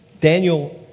Daniel